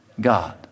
God